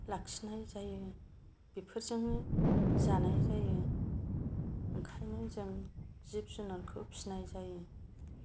लाखिनाय जायो बेफोरजोंनो जानाय जायो ओंखायनो जों जिब जुनारखौ फिसिनाय जायो